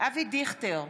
אבי דיכטר,